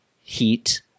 heat